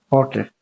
okay